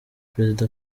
perezida